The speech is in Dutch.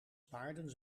paarden